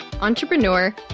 entrepreneur